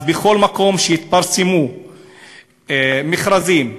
אז בכל מקום שיתפרסמו מכרזים למגרשים,